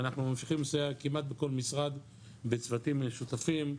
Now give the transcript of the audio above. ואנחנו ממשיכים לסייע כמעט בכל משרד בצוותים משותפים,